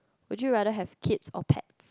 would you rather have kids or pets